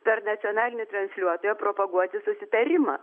per nacionalinį transliuotoją propaguoti susitarimą